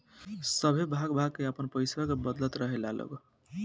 सभे भाग भाग के आपन पइसवा के बदलत रहेला लोग